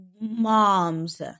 Mom's